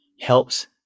helps